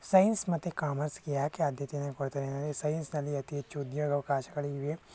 science ಮತ್ತು ಕಾಮರ್ಸ್ಗೆ ಏಕೆ ಆದ್ಯತೆಯನ್ನು ಕೊಡ್ತಾರೆ ಅಂದರೆ ಸೈನ್ಸ್ನಲ್ಲಿ ಅತಿ ಹೆಚ್ಚು ಉದ್ಯೋಗ ಅವಕಾಶಗಳು ಇವೆ